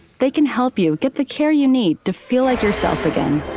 they can help you get the care you need to feel like yourself again.